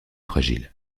fragile